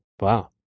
Wow